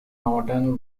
northern